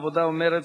עבודה ומרצ,